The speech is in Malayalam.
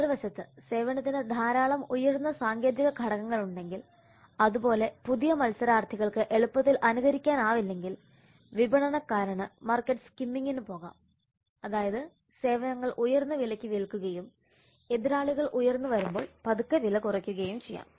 മറുവശത്ത് സേവനത്തിന് ധാരാളം ഉയർന്ന സാങ്കേതിക ഘടകങ്ങളുണ്ടെങ്കിൽ അതുപോലെ പുതിയ മത്സരാർഥികൾക്ക് എളുപ്പത്തിൽ അനുകരിക്കാനാവില്ലെങ്കിൽ വിപണനക്കാരന് മാർക്കറ്റ് സ്കിമ്മിങിന് പോകാം അതായത് സേവനങ്ങൾ ഉയർന്ന വിലയ്ക്ക് വിൽക്കുകയും എതിരാളികൾ ഉയർന്നു വരുമ്പോൾ പതുക്കെ വില കുറയ്ക്കുകയും ചെയ്യാം